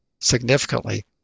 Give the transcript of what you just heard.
significantly